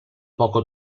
poco